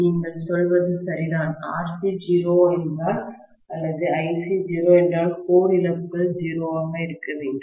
நீங்கள் சொல்வது சரிதான் RC 0 என்றால் அல்லது IC 0 என்றால் கோர் இழப்புகள் 0 ஆக இருக்க வேண்டும்